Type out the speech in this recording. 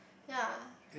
yea